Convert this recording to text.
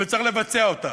וצריך לבצע אותה.